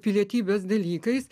pilietybės dalykais